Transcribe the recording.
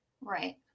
Right